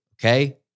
okay